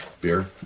beer